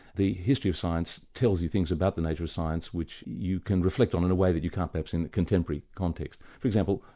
the history of science tells you things about the nature of science which you can reflect on in a way that you can't perhaps in a contemporary context. for example,